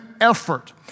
effort